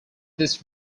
this